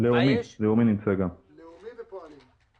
כאן נציגי בנק לאומי ובנק הפועלים.